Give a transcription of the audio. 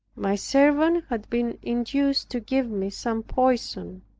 my servant had been induced to give me some poison.